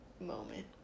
moment